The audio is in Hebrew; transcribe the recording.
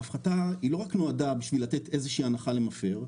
ההפחתה היא לא רק נועדה בשביל לתת איזושהי הנחה למפר,